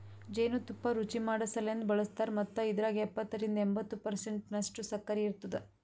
ಜೇನು ತುಪ್ಪ ರುಚಿಮಾಡಸಲೆಂದ್ ಬಳಸ್ತಾರ್ ಮತ್ತ ಇದ್ರಾಗ ಎಪ್ಪತ್ತರಿಂದ ಎಂಬತ್ತು ಪರ್ಸೆಂಟನಷ್ಟು ಸಕ್ಕರಿ ಇರ್ತುದ